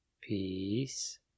Peace